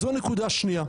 זו נקודה שניה.